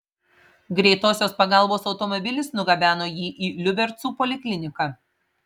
greitosios pagalbos automobilis nugabeno jį į liubercų polikliniką